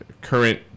current